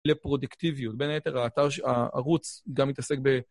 לפרודקטיביות. בין היתר, הערוץ גם מתעסק ב...